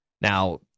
Now